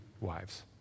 wives